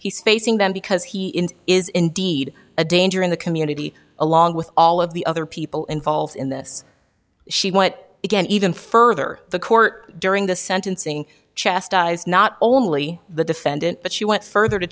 he's facing them because he is indeed a danger in the community along with all of the other people involved in this she went again even further the court during the sentencing chastised not only the defendant but she went further to